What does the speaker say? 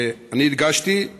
אני הדגשתי: